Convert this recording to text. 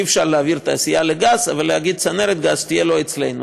אי-אפשר להעביר את התעשייה לגז אבל להגיד: צנרת הגז תהיה לא אצלנו,